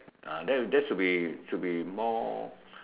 uh that that should be should be more